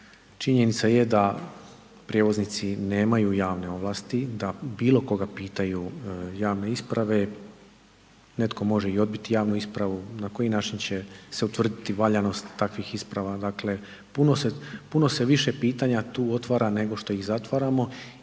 činjenica je da prijevoznici nemaju javne ovlasti da bilo koga pitaju javne isprave. Netko može i odbiti javnu ispravu, na koji način će se utvrditi valjanost takvih isprava. Dakle puno se više pitanja tu otvara nego što ih zatvaramo i